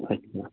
اچھا